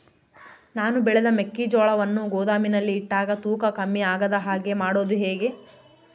ನಾನು ಬೆಳೆದ ಮೆಕ್ಕಿಜೋಳವನ್ನು ಗೋದಾಮಿನಲ್ಲಿ ಇಟ್ಟಾಗ ತೂಕ ಕಮ್ಮಿ ಆಗದ ಹಾಗೆ ಮಾಡೋದು ಹೇಗೆ?